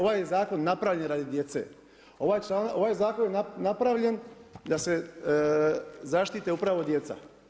Ovaj zakon je napravljen radi djece, ovaj zakon je napravljen da se zaštite upravo djeca.